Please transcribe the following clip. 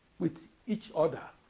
with each other.